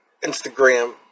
Instagram